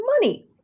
money